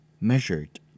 measured